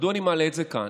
מדוע אני מעלה את זה כאן?